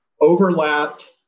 overlapped